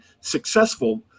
successful